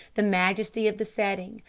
the majesty of the setting,